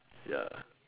ya